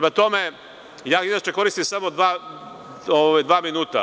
Ja inače koristim samo dva minuta.